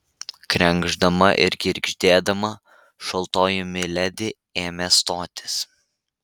krenkšdama ir girgždėdama šaltoji miledi ėmė stotis